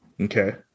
okay